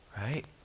Right